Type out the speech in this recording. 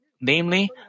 Namely